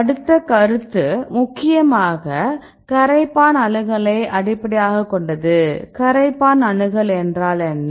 அடுத்த கருத்து முக்கியமாக கரைப்பான் அணுகலை அடிப்படையாகக் கொண்டது கரைப்பான் அணுகல் என்றால் என்ன